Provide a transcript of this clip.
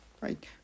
Right